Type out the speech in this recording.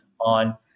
on